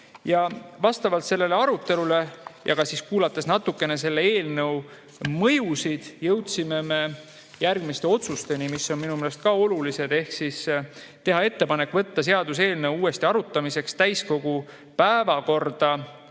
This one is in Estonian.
Vastavalt sellele arutelule ja kuulates natukene selle eelnõu mõjusid, jõudsime me järgmiste otsusteni, mis on minu meelest ka olulised. Ehk teha ettepanek võtta seaduseelnõu uuesti arutamiseks täiskogu tänase, 9.